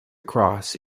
cross